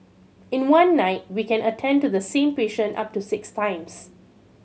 in one night we can attend to the same patient up to six times